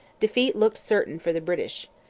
defeat looked certain for the british.